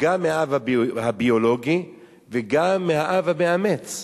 גם מהאבא הביולוגי וגם מהאבא המאמץ,